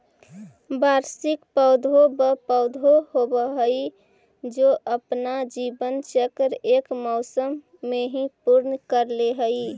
वार्षिक पौधे व पौधे होवअ हाई जो अपना जीवन चक्र एक मौसम में ही पूर्ण कर ले हई